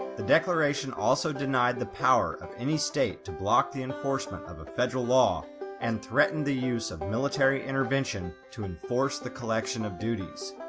the declaration also denied the power of any state to block the enforcement of a federal law and threatened the use of military intervention to enforce the collection of duties.